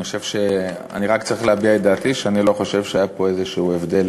אני חושב שאני רק צריך להביע את דעתי שאני לא חושב שהיה פה איזשהו הבדל